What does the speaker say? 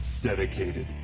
Dedicated